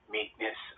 meekness